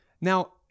Now